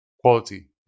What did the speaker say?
quality